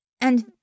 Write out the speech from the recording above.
and